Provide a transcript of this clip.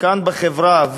כאן בחברה,